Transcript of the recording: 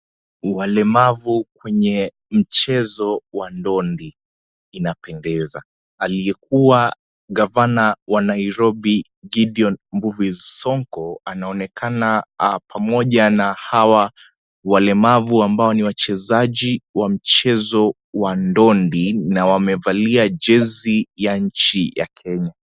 Walemavu kwenye mchezo wa ndondi; inapendeza. Aliyekuwa gavana wa Nairobi, Gideon Mbuvi Sonko anaonekana pamoja na hawa walemavu ambao ni wachezaji wa mchezo wa ndondi na wamevalia jezi ya nchi ya Kenya.